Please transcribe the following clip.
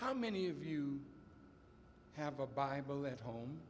how many of you have a bible at home